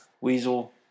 Weasel